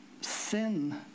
sin